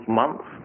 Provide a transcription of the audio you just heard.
months